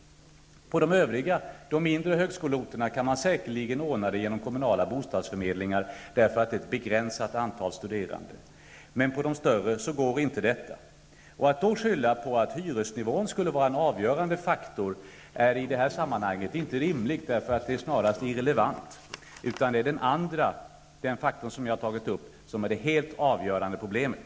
Vid de mindre högskoleorterna kan säkert de kommunala bostadsförmedlingarna ordna bostäder, eftersom det där rör sig om ett begränsat antal studerande, men på de större orterna är detta inte möjligt. Det är då inte rimligt att skylla på att hyresnivån skulle vara en avgörande faktor, utan den är snarare irrelevant i det här sammanhanget. Det är den andra faktorn, den som jag har tagit upp, som är det helt avgörande problemet.